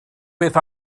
beth